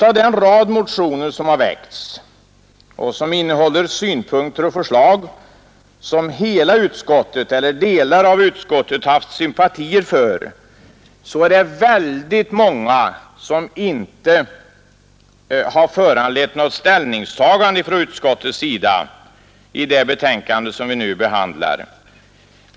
Av den rad motioner som har väckts — och som innehåller synpunkter och förslag som hela utskottet eller delar av utskottet haft sympatier för — är det väldigt många som inte har föranlett något ställningstagande från utskottets sida i det betänkande som vi nu behandlar.